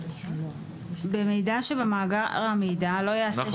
במידע שבמאגר המידע לא ייעשה